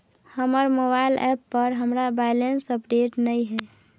हमर mobile app पर हमरा बैलेंस अपडेट नय हय